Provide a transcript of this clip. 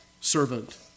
servant